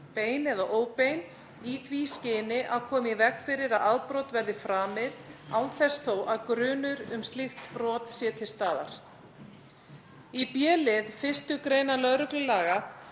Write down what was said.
bein eða óbein, í því skyni að koma í veg fyrir að afbrot verði framið án þess þó að grunur um slíkt brot sé til staðar. Í b. lið 1. gr. lögreglulaga